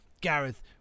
Gareth